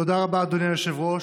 תודה רבה, אדוני היושב-ראש.